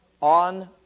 on